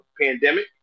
pandemic